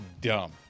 dumb